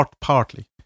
partly